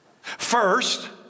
First